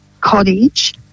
cottage